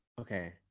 Okay